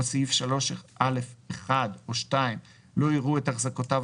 או סעיף 3(א)(1) או (2) לא יראו את החזקותיו